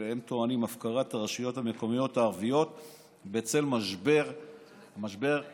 הם טוענים להפקרת הרשויות המקומיות הערביות בצל המשבר הכלכלי,